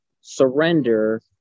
surrender